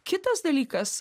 kitas dalykas